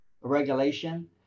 regulation